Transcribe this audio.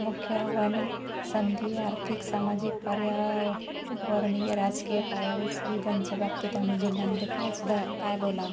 मुख्य आव्वाने संधी आर्थिक सामाजिक पर्याववरनीय राजकीय पायाभूत सुविदांच्या बाबतीत आमी जिल्ह्यामदे कायसुधा काय बोला